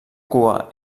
cua